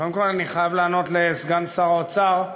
קודם כול, אני חייב לענות לסגן שר האוצר,